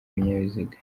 ibinyabiziga